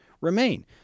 remain